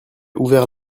ouvert